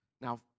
Now